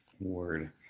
Word